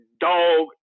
dog